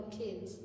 kids